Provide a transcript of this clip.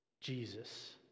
Jesus